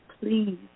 please